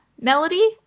Melody